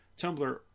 Tumblr